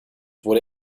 wurde